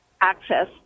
access